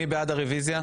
מי בעד הרוויזיה?